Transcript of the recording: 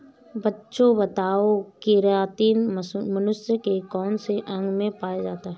बच्चों बताओ केरातिन मनुष्य के कौन से अंग में पाया जाता है?